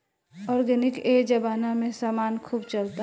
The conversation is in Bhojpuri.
ऑर्गेनिक ए जबाना में समान खूब चलता